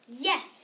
Yes